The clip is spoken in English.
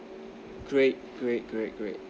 great great great great